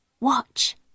Watch